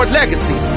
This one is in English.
legacy